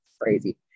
crazy